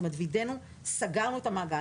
כלומר, וידאנו, סגרנו את המעגל.